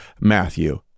Matthew